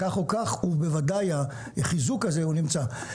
כך או כך, החיזוק הזה נמצא.